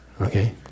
Okay